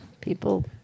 people